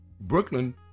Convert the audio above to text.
Brooklyn